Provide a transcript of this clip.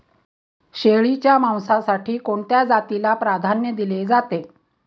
शेळीच्या मांसासाठी कोणत्या जातीला प्राधान्य दिले जाते?